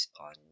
on